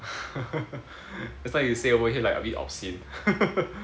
just now you say over here like a bit obscene